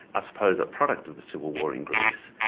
i suppose a product of the civil war in greece,